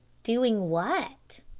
doing what?